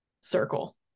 circle